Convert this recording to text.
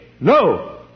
no